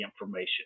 information